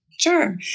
Sure